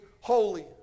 holy